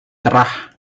cerah